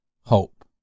hope